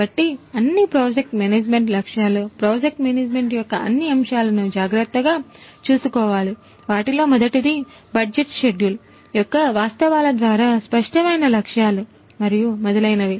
కాబట్టి అన్ని project management లక్ష్యాలు ప్రాజెక్ట్ మేనేజ్మెంట్ యొక్క అన్ని అంశాలను జాగ్రత్తగా చూసుకోవాలి వాటిలో మొదటిది బడ్జెట్ షెడ్యూల్ యొక్క వాస్తవాల ద్వారా స్పష్టమైన లక్ష్యాలు మరియు మొదలైనవి